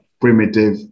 primitive